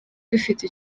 dufite